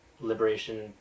liberation